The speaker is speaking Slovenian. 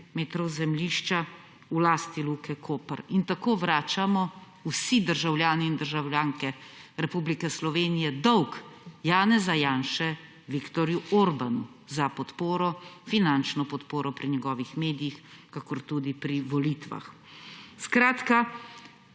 – 11.10** (Nadaljevanje) in tako vračamo vsi državljani in državljanke Republike Slovenije dolg Janeza Janše Viktorju Orbánu za podporo, finančno podporo pri njegovih medijih kakor tudi pri volitvah. Skratka,